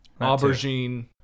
aubergine